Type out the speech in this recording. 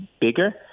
bigger